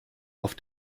auf